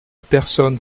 personne